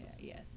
Yes